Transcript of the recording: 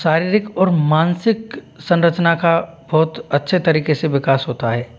शारीरिक और मानसिक संरचना का बहुत अच्छे तरीके से विकास होता है